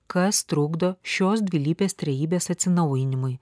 kas trukdo šios dvilypės trejybės atsinaujinimui